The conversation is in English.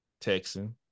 Texan